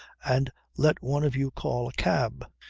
and let one of you call a cab.